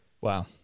Wow